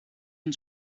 een